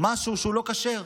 משהו שהוא לא כשר.